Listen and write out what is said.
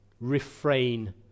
Refrain